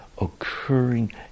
occurring